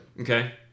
Okay